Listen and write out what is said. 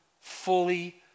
fully